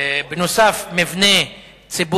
ונוסף על אלה מבני ציבור,